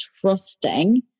trusting